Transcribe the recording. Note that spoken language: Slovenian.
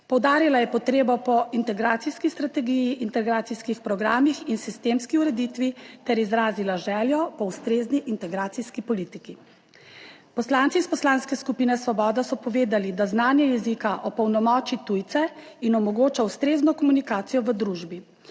Poudarila je potrebo po integracijski strategiji, integracijskih programih in sistemski ureditvi ter izrazila željo po ustrezni integracijski politiki. Poslanci iz Poslanske skupine Svoboda so povedali, da znanje jezika opolnomoči tujce in omogoča ustrezno komunikacijo v družbi.